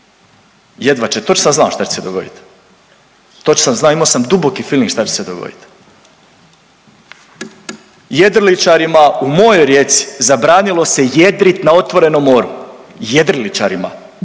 jedva, točno sam znao što će se dogodit, točno sam znao imamo sam duboki filing šta će se dogoditi. Jedriličarima u mojoj Rijeci zabranilo se jedriti na otvorenom moru. Jedriličarima,